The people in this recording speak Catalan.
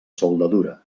soldadura